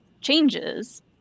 changes